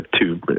two